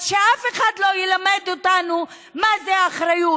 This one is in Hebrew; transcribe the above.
אז שאף אחד לא ילמד אותנו מה זה אחריות.